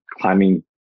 climbing